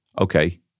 okay